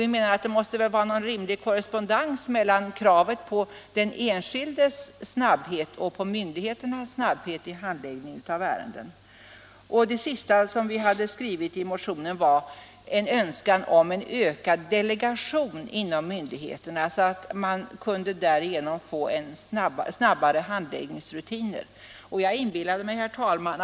Vi tycker att det måste råda en rimlig korrespondens mellan det krav på snabbhet när det gäller handläggningen av ett ärende som åläggs den enskilde och det som åläggs myndigheterna. Det sista vi anförde i vår motion var en önskan om en ökad delegation inom myndigheterna för att man därigenom skulle kunna få snabbare handläggningsrutiner. Herr talman!